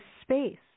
space